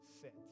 sit